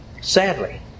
Sadly